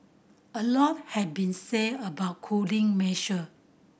a lot has been said about cooling measure